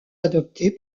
adopté